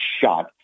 shot